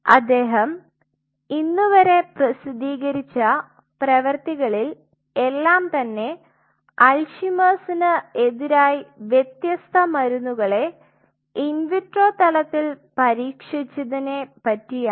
അദ്ദേഹം ഇന്നുവരെ പ്രസിദ്ധീകരിച്ച പ്രവർത്തികളിൽ എല്ലാം തന്നെ അൽസീമേഴ്സിന്Alzeimer's എതിരായി വ്യത്യസ്ത മരുന്നുകളെ ഇൻ വിട്രോ തലത്തിൽ പരീക്ഷിച്ചനിനെ പറ്റിയാണ്